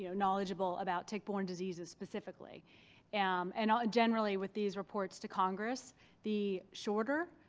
you know knowledgeable about tick-borne diseases specifically and um and ah generally with these reports to congress the shorter,